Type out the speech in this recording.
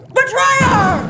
Betrayer